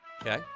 Okay